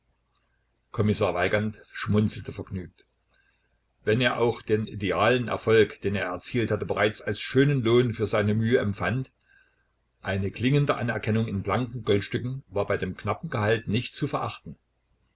kommissar weigand schmunzelte vergnügt wenn er auch den idealen erfolg den er erzielt hatte bereits als schönen lohn für seine mühen empfand eine klingende anerkennung in blanken goldstücken war bei dem knappen gehalt nicht zu verachten